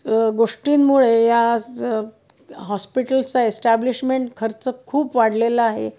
गोष्टींमुळे या हॉस्पिटलचा एस्टॅब्लिशमेंट खर्च खूप वाढलेला आहे